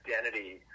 identity